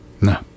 No